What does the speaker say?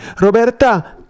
roberta